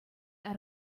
out